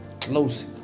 Close